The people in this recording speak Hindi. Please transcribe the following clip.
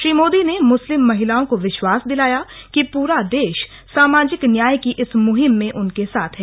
श्री मोदी ने मुस्लिम महिलाओं को विश्वास दिलाया कि पूरा देश सामाजिक न्याय की इस मुहिम में उनके साथ है